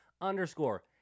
underscore